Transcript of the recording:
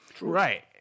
Right